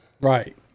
right